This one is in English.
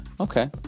Okay